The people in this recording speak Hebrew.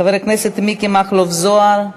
חבר הכנסת מכלוף מיקי זוהר.